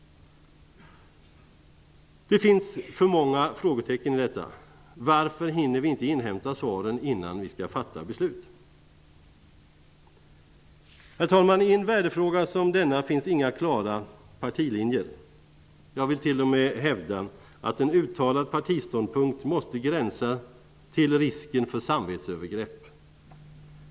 Det finns för många frågetecken i detta. Varför hinner vi inte inhämta svaren innan vi skall fatta beslut? Herr talman! I en värdefråga som denna finns inga klara partilinjer. Jag vill t.o.m. hävda att en uttalad partiståndpunkt måste gränsa till risken för samvetsövergrepp.